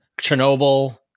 Chernobyl